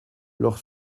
leur